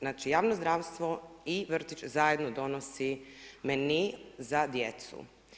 Znači javno zdravstvo i vrtić zajedno donosi menue za djecu.